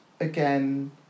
again